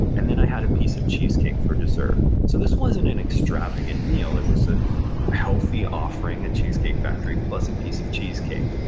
and then i had a piece of cheesecake for dessert so this wasn't an extravagant meal, it was a healthy offering at cheesecake factory, plus a piece of cheesecake.